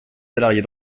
salariés